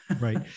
Right